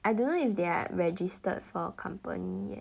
I don't know if they are registered for a company yet